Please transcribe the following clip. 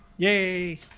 Yay